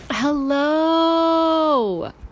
hello